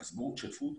אז בואו תשתפו אותנו.